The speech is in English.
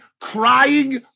crying